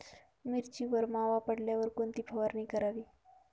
मिरचीवर मावा पडल्यावर कोणती फवारणी करावी?